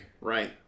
right